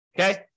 Okay